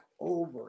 over